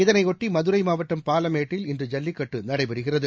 இதனையாட்டிமதுரைமாவட்டம் பாலமேட்டில் இன்று ஜல்லிக்கட்டுநடைபெறுகிறது